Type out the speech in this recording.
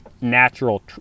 natural